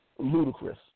Ludicrous